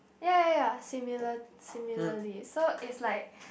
ya ya ya similar similarly so it's like